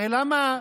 הרי למה,